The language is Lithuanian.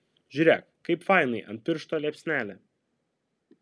žiūrėk kaip fainai ant piršto liepsnelė